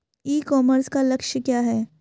ई commerce का लक्ष्य क्या है?